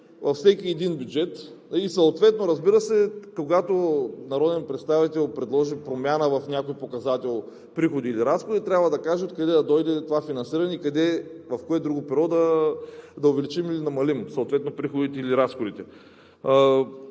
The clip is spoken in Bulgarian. във всеки един бюджет и съответно, разбира се, когато народен представител предложи промяна в някой показател – приходи или разходи, трябва да каже откъде да дойде това финансиране, в кое друго перо да увеличим или да намалим съответно приходите или разходите.